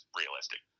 realistic